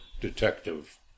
detective